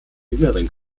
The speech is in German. jüngeren